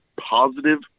positive